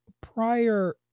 Prior